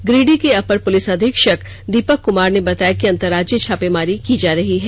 गिरिडीह के अपर पुलिस अधीक्षक दीपक कमार ने बताया कि अंतरराज्यीय छापेमारी की जा रही है